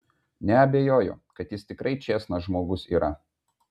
neabejoju kad jis tikrai čėsnas žmogus yra